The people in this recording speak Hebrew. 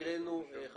הקראנו את התקנות.